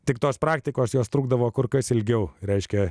tik tos praktikos jos trukdavo kur kas ilgiau reiškia